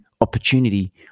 opportunity